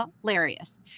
hilarious